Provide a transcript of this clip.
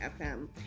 FM